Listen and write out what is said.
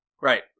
Right